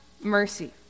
mercy